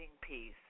Peace